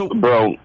bro